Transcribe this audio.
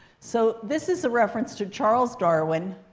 so this is a reference to charles darwin.